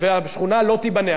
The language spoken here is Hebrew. והשכונה לא תיבנה.